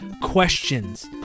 questions